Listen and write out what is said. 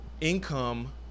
income